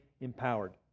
empowered